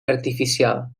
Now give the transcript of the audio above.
artificial